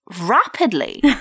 rapidly